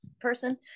person